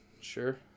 sure